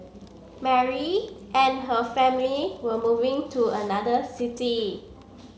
Mary and her family were moving to another city